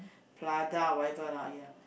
Prada whatever lah yeah